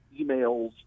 emails